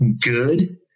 good